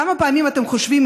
כמה פעמים אתם חושבים,